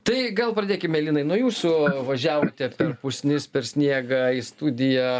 tai gal pradėkime linai nuo jūsų važiavote per pusnis per sniegą į studiją